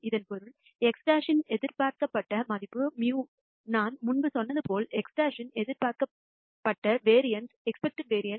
இதன் பொருள் x̅ இன் எதிர்பார்க்கப்பட்ட மதிப்பு μ நான் முன்பு சொன்னது போல x̅ இன் எதிர்பார்க்கப்பட்ட வேரியன்ஸ் σ by N